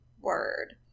Word